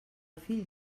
fill